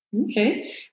Okay